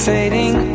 Fading